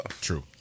True